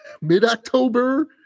mid-October